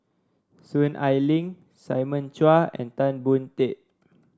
Soon Ai Ling Simon Chua and Tan Boon Teik